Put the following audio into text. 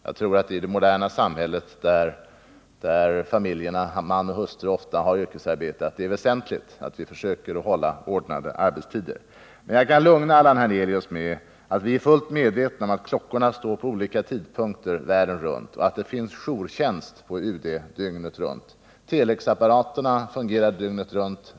Jag tror att det för familjerna i det moderna samhället, där man och hustru ofta har yrkesarbete, är väsentligt att vi försöker hålla ordnade arbetstider. — Men jag kan lugna Allan Hernelius med att vi är fullt medvetna om att klockorna världen runt visar olika tidpunkter, och det är jourtjänst på UD dygnet runt.